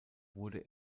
wurde